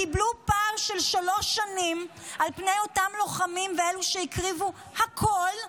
הם קיבלו פער של שלוש שנים על פני אותם לוחמים שהקריבו הכול.